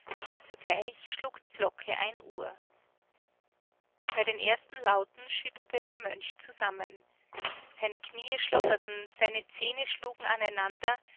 zugleich schlug die glocke ein uhr bei den ersten lauten schütterte der mönch zusammen seine kniee schlotterten seine zähne schlugen aneinander